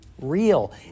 real